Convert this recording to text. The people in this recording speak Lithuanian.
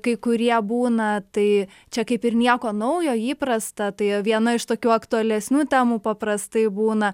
kai kurie būna tai čia kaip ir nieko naujo įprasta tai viena iš tokių aktualesnių temų paprastai būna